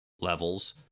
levels